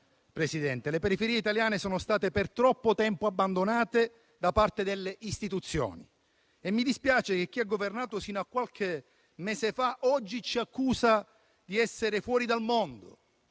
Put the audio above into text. che le periferie italiane sono state per troppo tempo abbandonate da parte delle istituzioni e mi dispiace che chi ha governato sino a qualche mese fa oggi ci accusa di essere fuori dal mondo,